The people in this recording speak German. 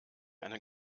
eine